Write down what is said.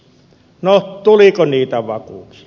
no tuliko niitä vakuuksia